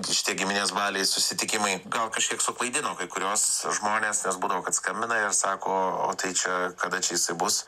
šitie giminės baliai susitikimai gal kažkiek suklaidino kai kuriuos žmones nes būna kad skambina ir sako tai čia kada čia jisai bus